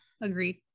agreed